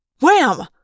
Wham